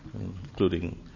including